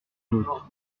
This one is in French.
l’autre